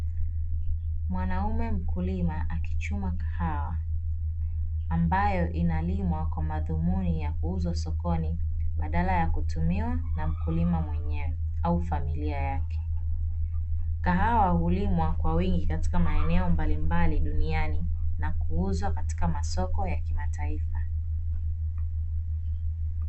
Mwanaume mkulima akichuma kahawa ambayo inalimwa kwa madhumuni ya kuuzwa sokoni badala ya kutumiwa na mkulima mwenyewe au familia yake, kahawa hulimwa kwa wingi katika maeneo mbalimbali duniani na kuuzwa katika masoko ya kimataifa .